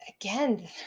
again